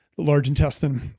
large intestine.